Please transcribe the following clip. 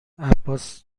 عباس